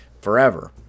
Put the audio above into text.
forever